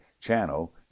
Channel